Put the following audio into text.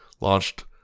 launched